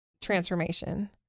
transformation